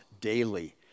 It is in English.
daily